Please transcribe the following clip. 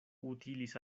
utilis